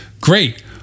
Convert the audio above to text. great